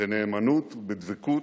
בנאמנות ובדבקות,